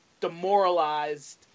demoralized